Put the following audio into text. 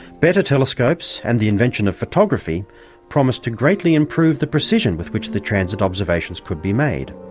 better telescopes and the invention of photography promised to greatly improve the precision with which the transit observations could be made.